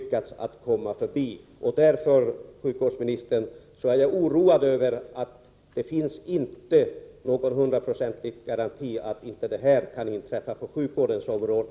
Man har alltså lyckats komma förbi det hela. Därför är jag, sjukvårdsministern, oroad över att det inte finns hundraprocentig garanti för att något motsvarande inte kan inträffa på sjukvårdens område.